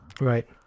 Right